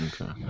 Okay